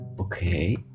Okay